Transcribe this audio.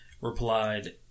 replied